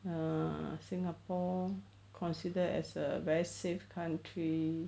err singapore consider as a very safe country